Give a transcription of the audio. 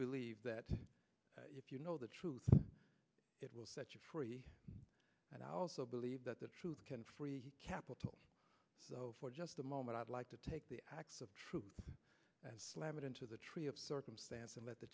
believe that if you know the truth it will set you free and i also believe that the truth can free capital for just a moment i'd like to take the facts of truth slam it into the tree of circumstance and let the